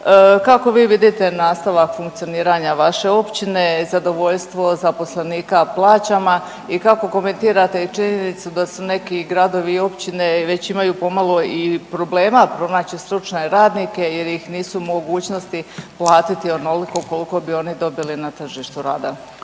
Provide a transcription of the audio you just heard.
Kako vi vidite nastavak funkcioniranja vaše općine, zadovoljstvo zaposlenika plaćama i kako komentirate i činjenicu da su neki gradovi i općine već imaju pomalo i problema pronaći stručne radnike jer ih nisu u mogućnosti platiti onoliko koliko bi oni dobili na tržištu rada?